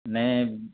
نہیں